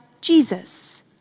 Jesus